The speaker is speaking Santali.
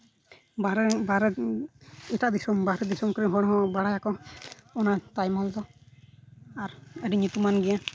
ᱵᱟᱨᱦᱮ ᱵᱟᱨᱦᱮ ᱮᱴᱟᱜ ᱫᱤᱥᱚᱢ ᱵᱟᱨᱦᱮ ᱫᱤᱥᱚᱢ ᱠᱚᱨᱮᱱ ᱦᱚᱲ ᱦᱚᱸ ᱵᱟᱲᱟᱭᱟᱠᱚ ᱚᱱᱟ ᱛᱟᱡᱽᱢᱚᱦᱚᱞ ᱫᱚ ᱟᱨ ᱟᱹᱰᱤ ᱧᱩᱛᱩᱢᱟᱱ ᱜᱮᱭᱟ